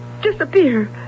disappear